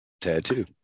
tattoo